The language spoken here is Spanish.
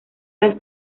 las